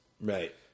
Right